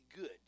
good